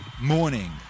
morning